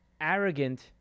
arrogant